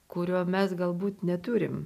kurio mes galbūt neturim